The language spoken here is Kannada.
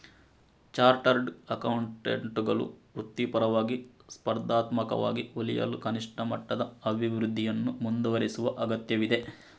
ಚಾರ್ಟರ್ಡ್ ಅಕೌಂಟೆಂಟುಗಳು ವೃತ್ತಿಪರವಾಗಿ, ಸ್ಪರ್ಧಾತ್ಮಕವಾಗಿ ಉಳಿಯಲು ಕನಿಷ್ಠ ಮಟ್ಟದ ಅಭಿವೃದ್ಧಿಯನ್ನು ಮುಂದುವರೆಸುವ ಅಗತ್ಯವಿದೆ